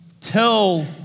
tell